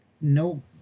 no